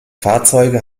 fahrzeuge